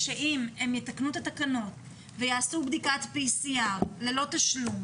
אם הם יתקנו את התקנות ויעשו בדיקת PCR ללא תשלום,